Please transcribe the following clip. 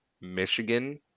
Michigan